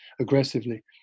aggressively